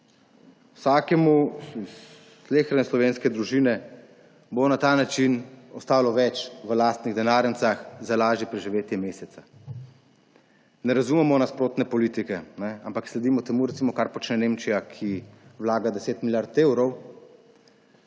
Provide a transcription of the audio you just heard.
Vsakemu iz sleherne slovenske družine bo na ta način ostalo več v lastnih denarnicah za lažje preživetje meseca. Ne razumemo nasprotne politike, ampak sledimo temu, kar recimo počne Nemčija, ki vlaga 10 milijard evrov